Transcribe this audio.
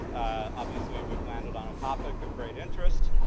obviously, we've landed on a topic of great interest,